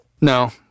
No